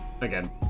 again